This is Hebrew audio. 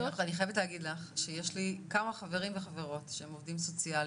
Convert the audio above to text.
אני חייבת להגיד לך שיש לי כמה חברים וחברות שהם עובדים סוציאליים,